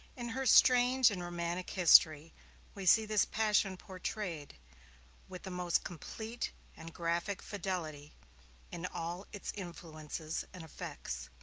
in her strange and romantic history we see this passion portrayed with the most complete and graphic fidelity in all its influences and effects